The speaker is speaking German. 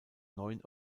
neuen